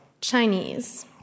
Chinese